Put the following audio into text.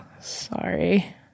Sorry